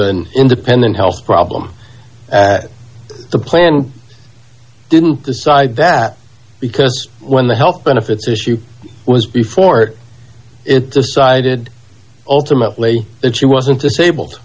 an independent health problem the plan didn't decide that because when the health benefits issue was before it decided ultimately that she wasn't disabled